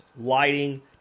lighting